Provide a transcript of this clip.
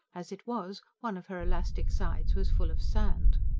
as it was, one of her elastic-sides was full of sand.